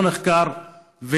לא נחקר,